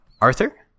Arthur